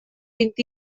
vint